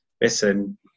listen